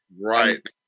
Right